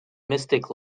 mystic